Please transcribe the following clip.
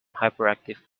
hyperactive